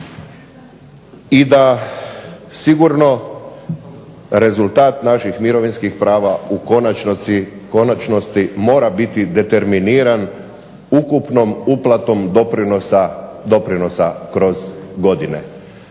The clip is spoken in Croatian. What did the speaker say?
i da sigurno rezultat naših mirovinskih prava u konačnosti mora biti determiniran ukupnom uplatom doprinosa kroz godine.